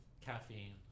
Caffeine